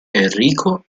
enrico